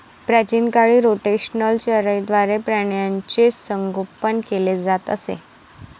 प्राचीन काळी रोटेशनल चराईद्वारे प्राण्यांचे संगोपन केले जात असे